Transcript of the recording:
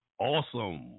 awesome